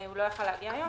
הוא לא יכול היה להגיע היום.